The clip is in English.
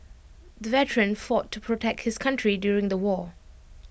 the veteran fought to protect his country during the war